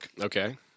okay